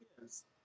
Yes